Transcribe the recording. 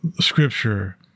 Scripture